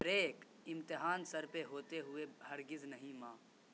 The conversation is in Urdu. بریک امتحان سر پہ ہوتے ہوئے ہرگز نہیں ماں